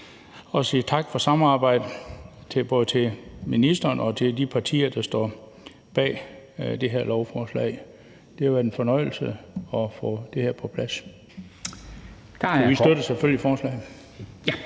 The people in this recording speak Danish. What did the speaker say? vi siger tak for samarbejdet, både til ministeren og til de partier, der står bag det her lovforslag. Det har været en fornøjelse at få det her på plads, og vi støtter selvfølgelig forslaget.